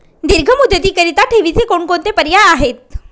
दीर्घ मुदतीकरीता ठेवीचे कोणकोणते पर्याय आहेत?